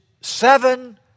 seven